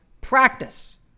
practice